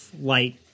light